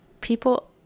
people